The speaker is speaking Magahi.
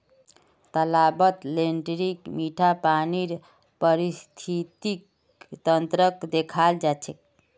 तालाबत लेन्टीक मीठा पानीर पारिस्थितिक तंत्रक देखाल जा छे